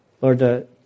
Lord